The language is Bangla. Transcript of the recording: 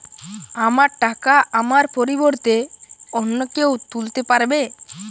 আমার টাকা আমার পরিবর্তে অন্য কেউ তুলতে পারবে?